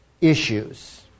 issues